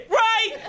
right